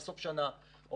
הגרף?